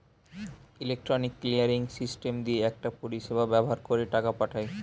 electronic clearing system দিয়ে একটা পরিষেবা ব্যাভার কোরে টাকা পাঠায়